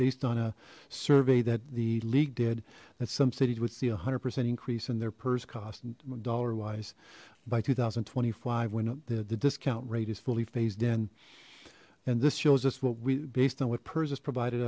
based on a survey that the league did that some cities would see a hundred percent increase in their purse cost and dollar wise by two thousand and twenty five when the the discount rate is fully phased in and this shows us what we based on what pers has provided